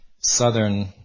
southern